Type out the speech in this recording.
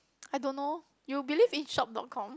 I don't know you believe in shop dot com